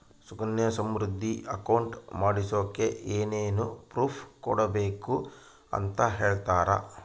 Sukanya Samriddhi account ಮಾಡಿಸೋಕೆ ಏನೇನು proof ಕೊಡಬೇಕು ಅಂತ ಹೇಳ್ತೇರಾ?